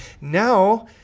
Now